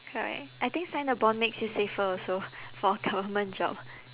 correct I think sign a bond makes you safer also for government job